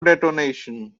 detonation